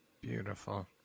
Beautiful